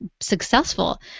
successful